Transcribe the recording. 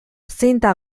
zinta